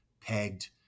pegged